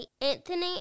Anthony